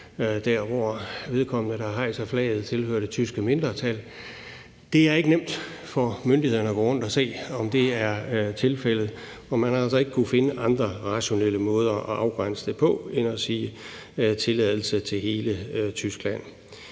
der, hvor vedkommende, der hejser flaget, tilhører det tyske mindretal. Det er ikke nemt for myndighederne at gå rundt at se, om det er tilfældet, og man har altså ikke kunnet finde andre rationelle måder at afgrænse det på end at sige: tilladelse til hele Tyskland.